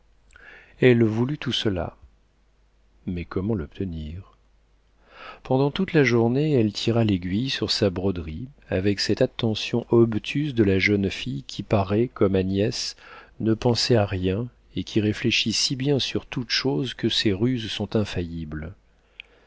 elle voulut tout cela mais comment l'obtenir pendant toute la journée elle tira l'aiguille sur sa broderie avec cette attention obtuse de la jeune fille qui paraît comme agnès ne penser à rien et qui réfléchit si bien sur toute chose que ses ruses sont infaillibles